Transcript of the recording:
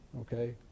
okay